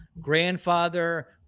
grandfather